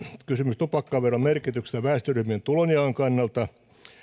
kysymys tupakkaveron merkityksestä väestöryhmien tulonjaon kannalta